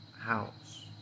house